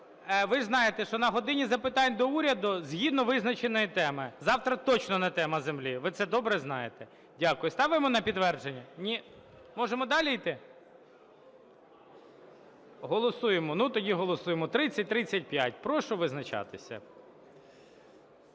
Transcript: Ви ж знаєте, що на "годині запитань до Уряду" згідно визначеної теми. Завтра точно не тема землі, ви це добре знаєте. Дякую. Ставимо на підтвердження? Ні? Можемо далі іти? (Шум у залі) Голосуємо? Ну тоді голосуємо. 3035. Прошу визначатися.